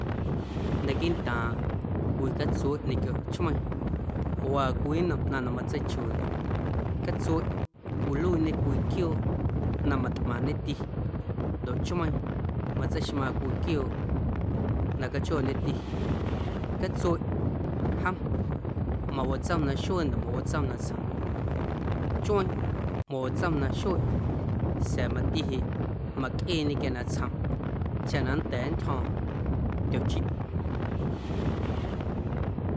Naquiiꞌntaaⁿ cwii catsueꞌ ñequio chmeiiⁿ waa cwii nnom ꞌnaⁿ na matseichuiiꞌnaꞌ catsueꞌ cwiluiiñe cwii quiooꞌ na matꞌmaaⁿñeti ndoꞌ chmeiiⁿ matseixmaaⁿ cwii quiooꞌ na cachjooñeti catsueꞌ jom mawatsom naxuee ndoꞌ mawatso natsjom chueeⁿ mawatsom naxuee sa̱a̱ mati jeꞌ mꞌaⁿcꞌeeñe quia natsjom cha na nnda̱a̱ nntyjo̱o̱ⁿ tyochiꞌ.